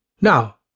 Now